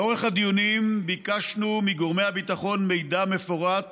לאורך הדיונים ביקשנו מגורמי הביטחון מידע מפורט